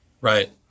Right